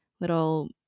little